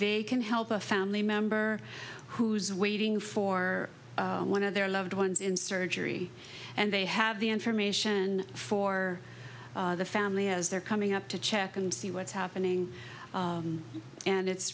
they can help a family member who's waiting for one of their loved ones in surgery and they have the information for the family as they're coming up to check and see what's happening and it's